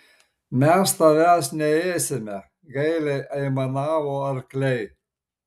mes tavęs neėsime gailiai aimanavo arkliai